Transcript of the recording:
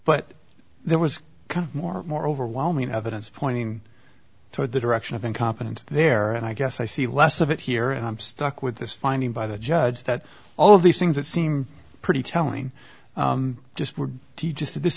but there was more and more overwhelming evidence pointing toward the direction of incompetent there and i guess i see less of it here and i'm stuck with this finding by the judge that all of these things that seem pretty telling just do you just th